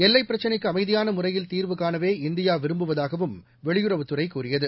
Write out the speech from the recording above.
எல்லைப் பிரச்சினைக்கு அமைதியான முறையில் தீர்வு காணவே இந்தியா விரும்புவதாகவும் வெளியுறவுத்துறை கூறியது